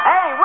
Hey